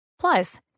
Plus